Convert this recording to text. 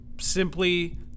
simply